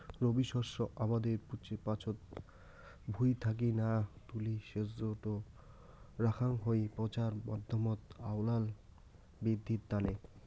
রবি শস্য আবাদের পাচত ভুঁই থাকি না তুলি সেজটো রাখাং হই পচার মাধ্যমত আউয়াল বিদ্ধির তানে